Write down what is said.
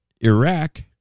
Iraq